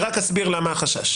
אני רק אסביר למה החשש.